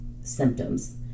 symptoms